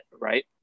right